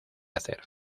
hacer